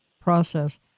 process